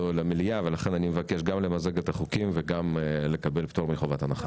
למליאה ולכן אני מבקש גם למזג את החוקים וגם לקבל פטור מחובת הנחה.